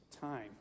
time